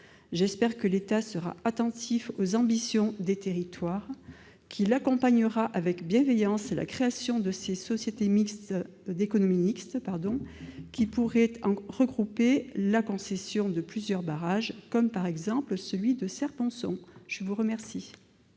J'espère que l'État sera attentif aux ambitions des territoires, qu'il accompagnera avec bienveillance la création de ces sociétés d'économie mixte qui pourraient regrouper les concessions de plusieurs barrages, par exemple celui de Serre-Ponçon. La parole